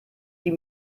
die